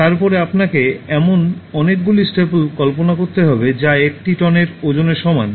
তারপরে আপনাকে এমন অনেকগুলি স্ট্যাপল কল্পনা করতে হবে যা একটি টনের ওজনের সমান